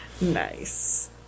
Nice